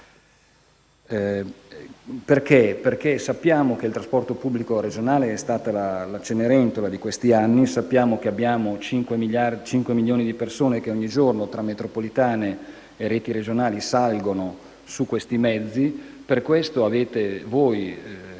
Perché? Perché sappiamo che il trasporto pubblico regionale è stato la Cenerentola di questi anni e sappiamo che abbiamo cinque milioni di persone che ogni giorno, tra metropolitane e reti regionali, salgono su questi mezzi. Per questo voi,